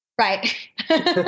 Right